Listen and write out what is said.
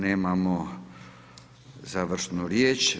Nemamo završnu riječ.